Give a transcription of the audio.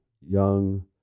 young